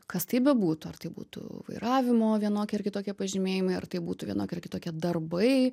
kas tai bebūtų ar tai būtų vairavimo vienokie ar kitokie pažymėjimai ar tai būtų vienokie ar kitokie darbai